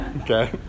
Okay